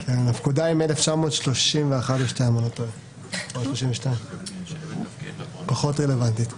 הפקודה היא מ-1931 או 1932. פחות רלוונטית.